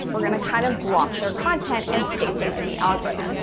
we're going to kind of block their content and sink them in the algorithm.